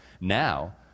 now